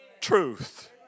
truth